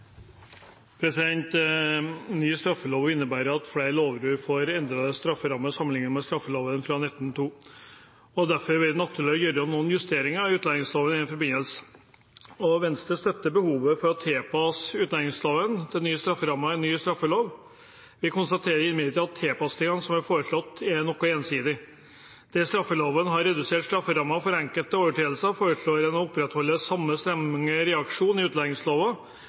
sjølve. Ny straffelov innebærer at flere lovbrudd får endrede strafferammer, sammenliknet med straffeloven fra 1902, og det har derfor vært naturlig å gjøre noen justeringer i utlendingsloven i den forbindelse. Venstre støtter behovet for å tilpasse utlendingsloven til de nye strafferammene i ny straffelov. Vi konstaterer imidlertid at tilpasningen som er foreslått, er noe ensidig. Der straffeloven har redusert strafferammen for enkelte overtredelser, foreslår man å opprettholde samme strenge reaksjon i